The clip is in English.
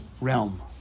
realm